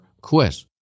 quit